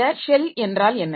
இந்த ஷெல் என்றால் என்ன